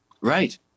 Right